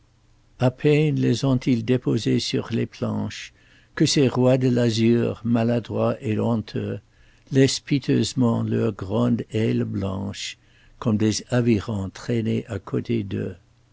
a peine les ont-ils déposés sur les planches que ces rois de l'azur maladroits et honteux laissent piteusement leurs grandes ailes blanches comme des avirons traîner à côté d'eux